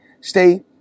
stay